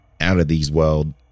out-of-these-world